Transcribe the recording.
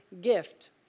gift